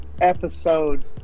Episode